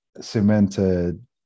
cemented